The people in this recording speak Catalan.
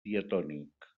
diatònic